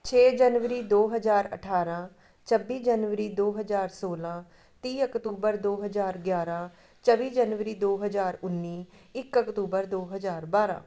ਛੇ ਜਨਵਰੀ ਦੋ ਹਜ਼ਾਰ ਅਠਾਰਾਂ ਛੱਬੀ ਜਨਵਰੀ ਦੋ ਹਜ਼ਾਰ ਸੌਲਾਂ ਤੀਹ ਅਕਤੂਬਰ ਦੋ ਹਜ਼ਾਰ ਗਿਆਰਾਂ ਚੌਵੀ ਜਨਵਰੀ ਦੋ ਹਜ਼ਾਰ ਉੱਨੀ ਇੱਕ ਅਕਤੂਬਰ ਦੋ ਹਜ਼ਾਰ ਬਾਰਾਂ